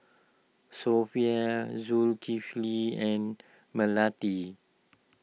Sofea Zulkifli and Melati